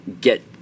get –